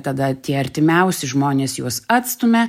tada tie artimiausi žmonės juos atstumia